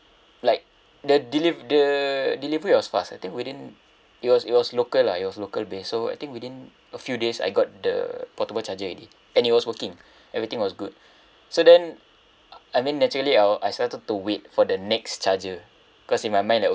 like the deliv~ the delivery was fast I think within it was it was local lah it was local basal I think within a few days I got the portable charger already and it was working everything was good so then I mean naturally I'll excited to wait for the next charger because in my mind that